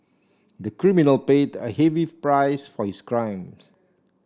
the criminal paid a heavy price for his crime